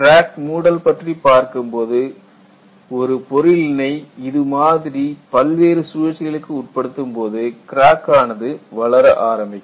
crack மூடல் பற்றி பார்க்கும்போது ஒரு பொருளினை இது மாதிரி பல்வேறு சுழற்சிகளுக்கு உட்படுத்தும்போது கிராக் ஆனது வளர ஆரம்பிக்கும்